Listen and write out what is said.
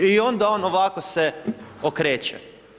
I onda on ovako se okreće.